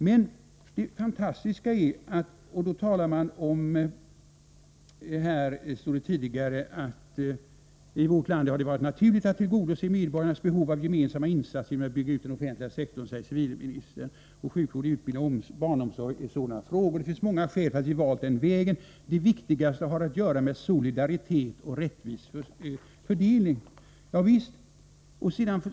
Civilministern säger bl.a.: ”I vårt land har det varit naturligt att tillgodose medborgarnas behov av gemensamma insatser genom att bygga ut den offentliga sektorn. Sjukvård, utbildning och barnomsorg är exempel på väsentliga trygghetsfrågor ———. Det finns många skäl för att vi valt den vägen. Det viktigaste har att göra med solidaritet och rättvis fördelning.” På s.